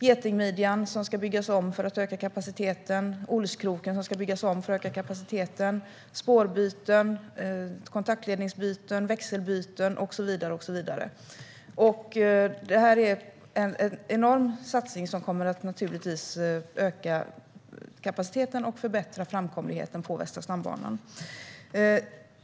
Getingmidjan ska byggas om för att öka kapaciteten, och Olskroken ska byggas om för att öka kapaciteten. Det handlar om spårbyten, kontaktledningsbyten, växelbyten och så vidare. Det är en enorm satsning som naturligtvis kommer att öka kapaciteten och förbättra framkomligheten på Västra stambanan.